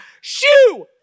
shoo